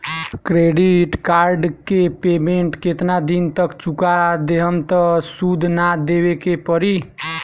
Credit card के payment केतना दिन तक चुका देहम त सूद ना देवे के पड़ी?